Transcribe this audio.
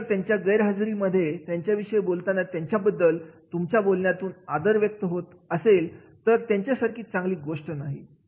जर त्यांच्या गैरहजेरी मध्ये त्यांच्याविषयी बोलताना त्यांच्याबद्दल तुमच्या तुमच्या बोलण्यातून आदर व्यक्त होत असेल तर त्यासारखी चांगली गोष्ट नाही